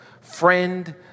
friend